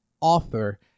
author